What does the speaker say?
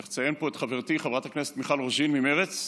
וצריך לציין פה את חברתי חברת הכנסת מיכל רוזין ממרצ,